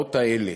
בשעות האלה.